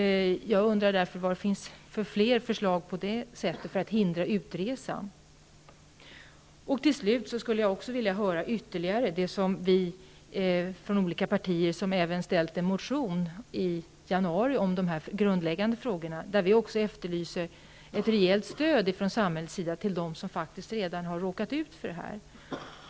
Finns det några fler förslag när det gäller att hindra utresa? Vi var några från ett antal partier som tillsammans väckte en motion i januari om dessa grundläggande frågor. Vi efterlyste ett rejält stöd från samhällets sida till dem som redan har råkat ut för detta.